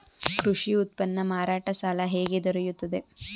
ಕೃಷಿ ಉತ್ಪನ್ನ ಮಾರಾಟ ಸಾಲ ಹೇಗೆ ದೊರೆಯುತ್ತದೆ?